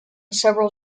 several